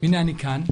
והנה אני כאן.